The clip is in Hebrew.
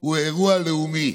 הוא אירוע לאומי.